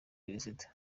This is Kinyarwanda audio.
perezida